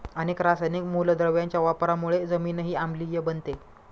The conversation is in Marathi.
अनेक रासायनिक मूलद्रव्यांच्या वापरामुळे जमीनही आम्लीय बनते